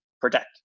protect